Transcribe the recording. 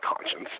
conscience